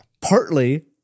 Partly